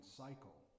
cycle